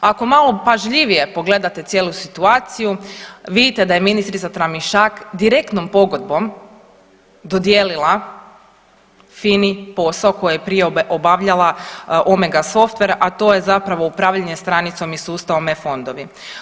Ako malo pažljivije pogledate cijelu situaciju vidite da je ministrica Tramišak direktnom pogodbom dodijelila FINA-i posao koji je prije obavljala Omega softver, a to je zapravo upravljanje stranicom i sustavom e-fondovi.